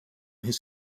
his